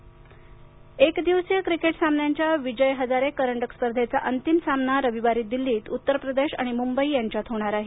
cricket एक दिवसीय cricket सामन्यांच्या विजय हजारे करंडक स्पर्धेचा अंतिम सामना रविवारी दिल्लीत उत्तर प्रदेश आणि मुंबई यांच्यात होणार आहे